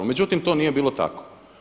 Međutim, to nije bilo tako.